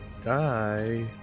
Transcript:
die